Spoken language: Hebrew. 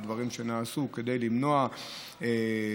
ודברים נעשו כדי למנוע שחיתות,